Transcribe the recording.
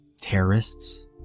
Terrorists